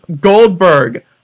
Goldberg